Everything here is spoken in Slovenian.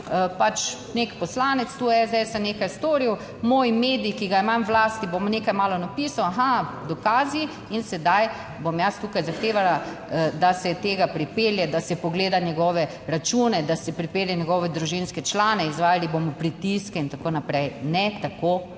pač nek poslanec SDS nekaj storil, v moj medij, ki ga imam v lasti, bom nekaj malo napisal, aha, dokazi, in sedaj bom jaz tukaj zahtevala, da se tega pripelje, da se pogleda njegove račune, da se pripelje njegove družinske člane, izvajali bomo pritiske in tako naprej. Ne, tako